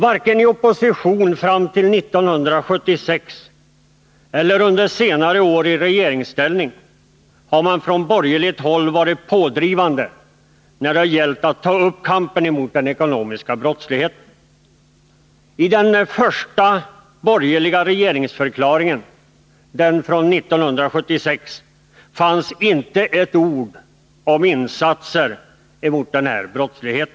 Varken i opposition fram till 1976 eller i regeringsställning under senare år har man från borgerligt håll varit pådrivande när det gällt att ta upp kampen mot den ekonomiska brottsligheten. I den första borgerliga regeringsförklaringen — den från 1976 — fanns inte ett ord om insatser mot denna brottslighet.